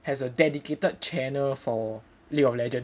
has a dedicated channel for League of Legend